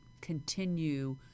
continue